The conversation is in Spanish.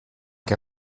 que